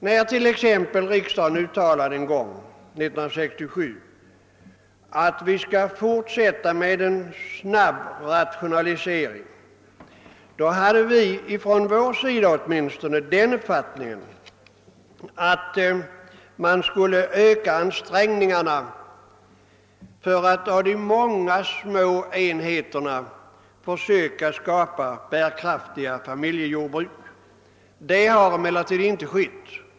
När riksdagen år 1967 uttalade att den snabba rationaliseringen av jordbruken skulle fortsätta, hade vi på vår sida den uppfattningen att man skulle öka ansträngningarna för att av de många små enheterna försöka skapa bärkraftiga familjejordbruk. Det har emellertid inte skett.